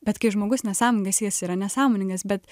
bet kai žmogus nesąmoningas jis yra nesąmoningas bet